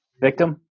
Victim